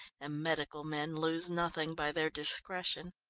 and medical men lose nothing by their discretion.